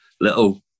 little